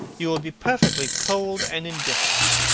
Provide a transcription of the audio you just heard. you will be perfectly cold and indifferent.